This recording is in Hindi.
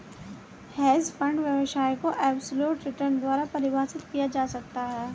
हेज फंड व्यवसाय को एबसोल्यूट रिटर्न द्वारा परिभाषित किया जा सकता है